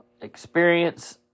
experience